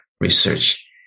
research